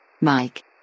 Mike